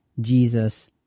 Jesus